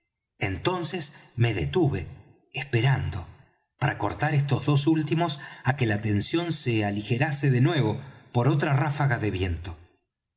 entonces me detuve esperando para cortar estos dos últimos á que la tensión se aligerase de nuevo por otra ráfaga de viento